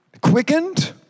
quickened